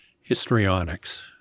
histrionics